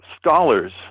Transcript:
scholars